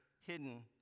hidden